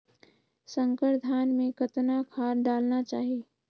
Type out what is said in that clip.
संकर धान मे कतना खाद डालना चाही?